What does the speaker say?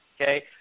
okay